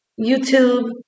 YouTube